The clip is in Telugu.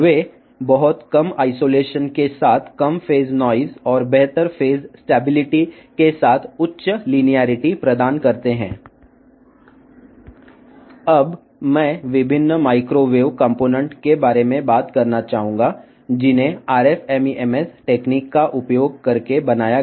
ఇప్పుడు RF MEMS సాంకేతిక పరిజ్ఞానాన్ని ఉపయోగించి తయారు చేయబడిన వివిధ మైక్రోవేవ్ భాగాల గురించి మాట్లాడుకుందాము